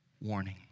warning